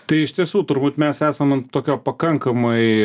tai iš tiesų turbūt mes esam ant tokio pakankamai